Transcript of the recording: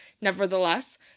nevertheless